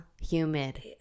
humid